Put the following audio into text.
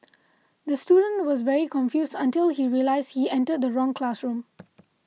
the student was very confused until he realised he entered the wrong classroom